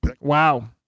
Wow